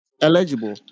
eligible